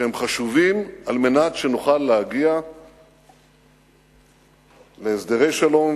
שהם חשובים על מנת שנוכל להגיע להסדרי שלום